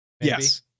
Yes